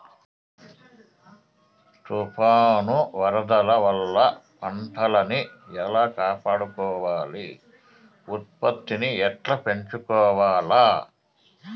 తుఫాను, వరదల వల్ల పంటలని ఎలా కాపాడుకోవాలి, ఉత్పత్తిని ఎట్లా పెంచుకోవాల?